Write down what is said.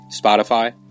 Spotify